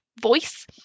voice